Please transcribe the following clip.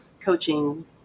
coaching